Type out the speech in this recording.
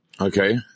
Okay